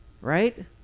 Right